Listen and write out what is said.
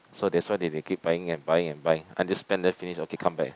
so that's why they they keep buying and buying and buy and the spend they finish okay come back